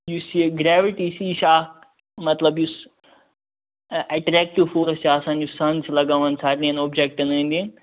یُس یہِ گریوِٹی چھ یہِ چھِ اکھ مَطلَب یُس اَٹریٚکٹِو فورُس چھُ آسان یُس سَن چھُ لَگاوان سارنِیَن اوٚبجَکٹَن أنٛدۍ أنٛدۍ